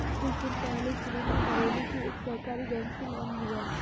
कुछ दिन पहले शिवम ने बरेली के एक सहकारी बैंक से लोन लिया